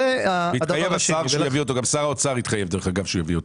מתחייב השר להביא אותו.